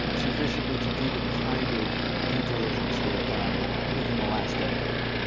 sufficiently to do the kind of due diligence they've done within the last decade,